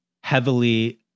heavily